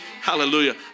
Hallelujah